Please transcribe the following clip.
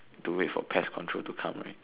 to wait for pest control to come right